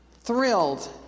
thrilled